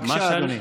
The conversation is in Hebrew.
בבקשה, אדוני.